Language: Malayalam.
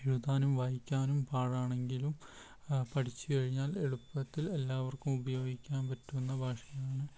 എഴുതാനും വായിക്കാനും പാടാണെങ്കിലും പഠിച്ചു കഴിഞ്ഞാൽ എളുപ്പത്തിൽ എല്ലാവർക്കും ഉപയോഗിക്കാൻ പറ്റുന്ന ഭാഷയാണ്